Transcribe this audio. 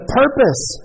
purpose